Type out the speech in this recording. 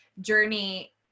journey